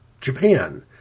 Japan